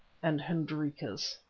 and hendrika's.